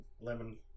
lemon